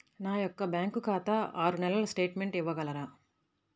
నా యొక్క బ్యాంకు ఖాతా ఆరు నెలల స్టేట్మెంట్ ఇవ్వగలరా?